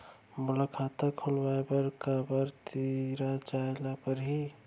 मोला खाता खोलवाय बर काखर तिरा जाय ल परही?